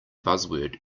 buzzword